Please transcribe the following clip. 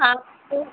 आपको